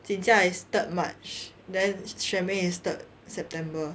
jin zai is third march then shermaine is third september